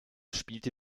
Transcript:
spielte